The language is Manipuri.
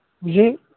ꯍꯧꯖꯤꯛ